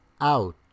out